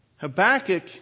Habakkuk